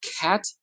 cat